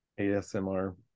ASMR